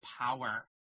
power